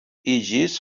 iĝis